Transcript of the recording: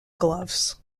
gloves